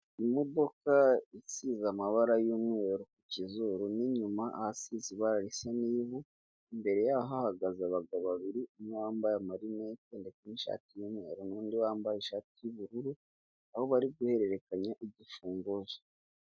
Imodoka isize amabara y'umweru ku kizuru n'inyuma ahasize ibara risa n'ivu, imbere yaho hahagaze abagabo babiri umwe wambaye amarineti ndetse n'ishati y'umweru n'undi wambaye ishati y'ubururu aho bari guhererekanya igifunguzo.